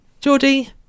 Geordie